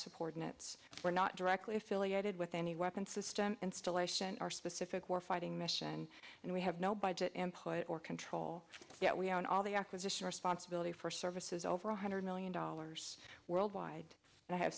support units were not directly affiliated with any weapon system installation are specific warfighting mission and we have no budget input or control yet we own all the acquisition responsibility for services over one hundred million dollars worldwide and i have